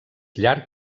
llarg